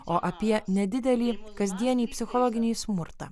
o apie nedidelį kasdienį psichologinį smurtą